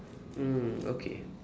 mm okay